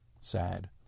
sad